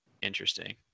interesting